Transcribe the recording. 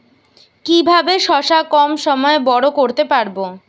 কিভাবে শশা কম সময়ে বড় করতে পারব?